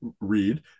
read